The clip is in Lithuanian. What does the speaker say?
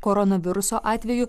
koronaviruso atveju